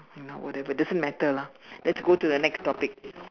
you know whatever it doesn't matter lah let's go to the next topic